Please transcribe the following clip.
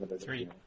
Three